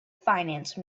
finance